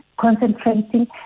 concentrating